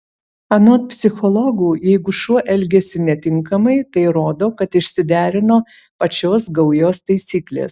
anot psichologų jeigu šuo elgiasi netinkamai tai rodo kad išsiderino pačios gaujos taisyklės